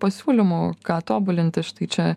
pasiūlymų ką tobulinti štai čia